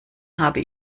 habe